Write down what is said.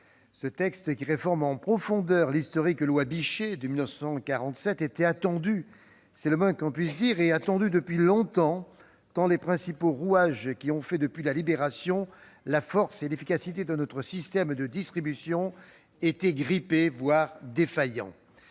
Ce texte qui réforme en profondeur l'historique loi Bichet de 1947 était attendu- c'est le moins que l'on puisse dire -et depuis longtemps, tant les principaux rouages qui ont fait la force et l'efficacité de notre système de distribution depuis la Libération étaient grippés, voire défaillants.